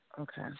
Okay